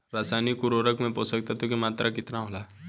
रसायनिक उर्वरक मे पोषक तत्व के मात्रा केतना होला?